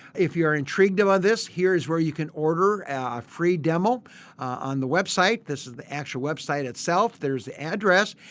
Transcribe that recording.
if you are intrigued by this here is where you can order a free demo on the website. this is the actual website itself and there is the address.